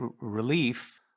relief